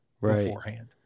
beforehand